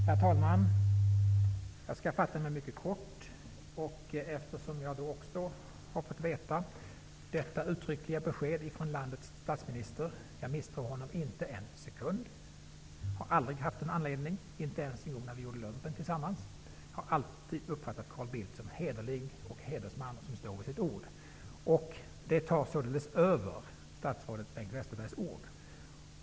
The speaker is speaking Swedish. Herr talman! Jag skall fatta mig mycket kort. Jag har också fått veta detta uttryckliga besked från landets statsminister. Jag misstror honom inte en sekund och har aldrig haft anledning att göra det -- inte ens när vi gjorde lumpen tillsammans. Jag har alltid uppfattat Carl Bildt som hederlig, som en hedersman som står vid sitt ord. Det tar således över statsrådet Bengt Westerbergs ord.